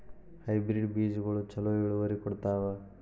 Hybrid ಬೇಜಗೊಳು ಛಲೋ ಇಳುವರಿ ಕೊಡ್ತಾವ?